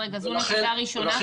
זו נקודה ראשונה.